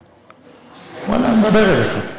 ואללה, אני מדבר אליך,